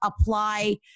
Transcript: apply